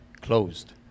closed